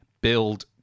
build